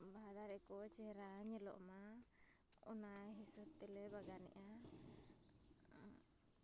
ᱵᱟᱦᱟ ᱫᱟᱨᱮ ᱠᱚ ᱪᱮᱦᱨᱟ ᱧᱮᱞᱚᱜ ᱢᱟ ᱚᱱᱟ ᱦᱤᱥᱟᱹᱵᱽ ᱛᱮᱞᱮ ᱵᱟᱜᱟᱱᱮᱫᱼᱟ